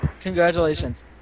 Congratulations